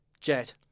Jet